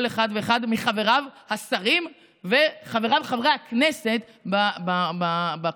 אחד ואחד מחבריו השרים וחבריו חברי הכנסת בקואליציה.